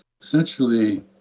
Essentially